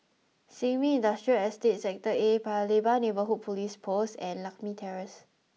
Sin Ming Industrial Estate Sector A Paya Lebar Neighbourhood Police Post and Lakme Terrace